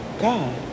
God